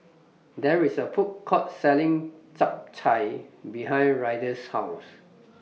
There IS A Food Court Selling Chap Chai behind Ryder's House